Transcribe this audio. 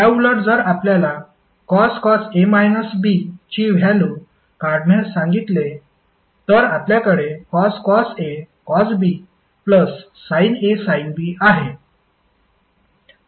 त्याउलट जर आपल्याला cos ची व्हॅल्यु काढण्यास सांगितले तर आपल्याकडे cos A cosB sinA sin B आहे